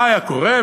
מה היה קורה,